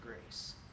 grace